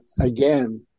again